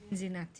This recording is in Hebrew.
בן זנתי